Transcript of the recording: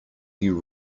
you